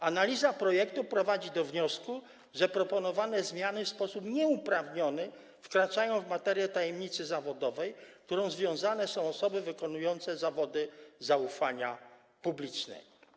Analiza projektu prowadzi do wniosku, że proponowane zmiany w sposób nieuprawniony wkraczają w materię tajemnicy zawodowej, którą związane są osoby wykonujące zawody zaufania publicznego.